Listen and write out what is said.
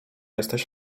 jesteś